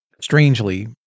strangely